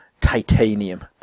titanium